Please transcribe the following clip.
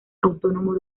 autónomo